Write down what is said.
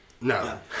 No